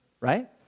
right